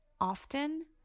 often